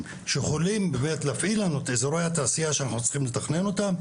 שיכולים להפעיל לנו את אזורי התעשייה שאנחנו צריכים לתכנן אותם,